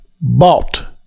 bought